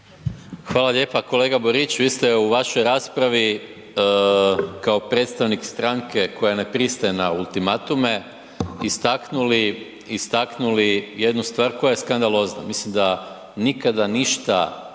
Hvala lijepa. Kolega Borić, vi ste u vašoj raspravi kao predstavnik stranke koja ne pristaje na ultimatume istaknuli, istaknuli jednu stvar koja je skandalozna.